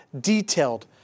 detailed